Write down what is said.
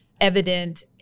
evident